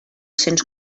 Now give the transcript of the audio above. cents